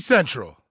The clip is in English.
Central